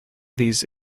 these